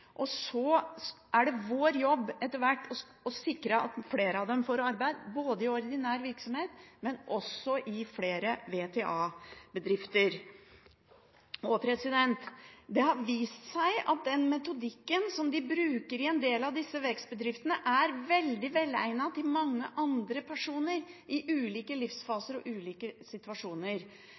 maksimert. Så er det vår jobb etter hvert å sikre at flere av dem får arbeid, både i ordinær virksomhet og også i flere VTA-bedrifter. Det har vist seg at den metodikken de bruker i en del av disse vekstbedriftene, er veldig velegnet for mange andre personer også, som i ulike livsfaser og i ulike situasjoner